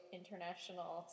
international